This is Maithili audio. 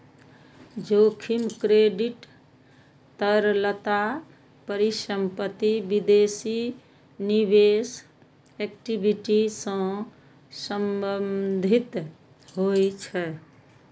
जोखिम क्रेडिट, तरलता, परिसंपत्ति, विदेशी निवेश, इक्विटी सं संबंधित होइ छै